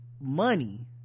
money